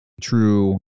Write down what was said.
true